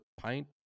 pint